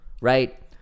right